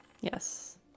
Yes